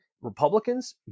Republicans